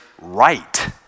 right